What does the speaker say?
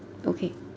okay